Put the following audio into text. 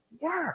work